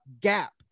gap